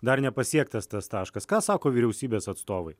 dar nepasiektas tas taškas ką sako vyriausybės atstovai